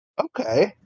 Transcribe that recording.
Okay